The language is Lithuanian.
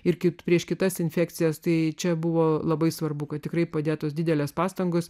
ir kit prieš kitas infekcijas tai čia buvo labai svarbu kad tikrai padėtos didelės pastangos